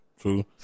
True